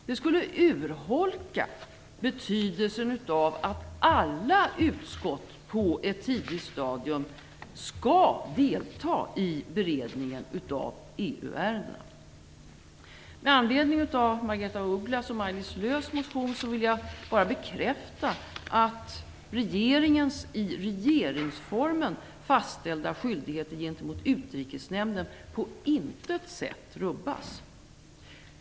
Det skulle urholka betydelsen av att alla utskott på ett tidigt stadium skall delta i beredningen av EU Lis Lööws motion vill jag bara bekräfta att regeringens i regeringsformens fastställda skyldighet gentemot Utrikesnämnden på intet sätt rubbas.